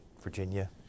Virginia